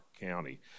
county